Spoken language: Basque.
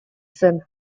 zen